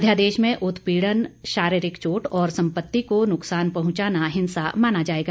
अध्यादेश में उत्पीडन शारीरिक चोट और संपत्ति को नुकसान पहुंचाना हिंसा माना जाएगा